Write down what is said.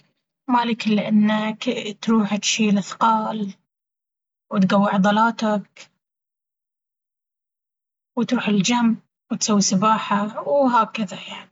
ما لك إلا إنك تروح تشيل أثقال وتقوي عضلاتك وتروح الجيم وتسوي سباحة وهكذا يعني.